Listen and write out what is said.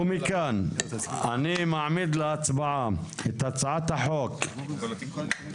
אני מעמיד להצבעה את הצעת חוק לתיקון